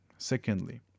Secondly